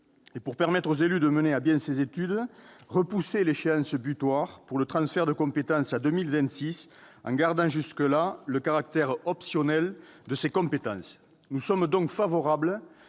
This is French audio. pour permettre aux élus de mener à bien ces études, nous proposons de repousser l'échéance butoir pour le transfert de compétences à 2026, en gardant jusque-là le caractère optionnel de ces compétences. Nous sommes donc favorables